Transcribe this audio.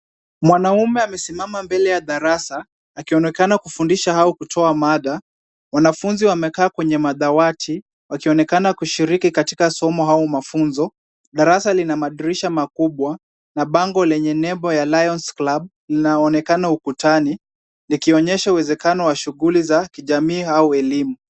Mwanaume amesimama mbele ya darasa akionekana kufundisha au kutoa mada. Wanafunzi wamekaa kwenye madawati wakionekana kushiriki katika somo au mafunzo. Darasa lina madirisha makubwa na bango lenye nembo ya Lions Club linaonekana ukutani, likionyesha uwezekano wa shughuli za kijamii au elimu.